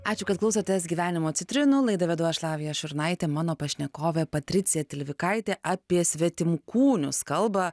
ačiū kad klausotės gyvenimo citrinų laidą vedu aš lavija šurnaitė mano pašnekovė patricija tilvikaitė apie svetimkūnius kalba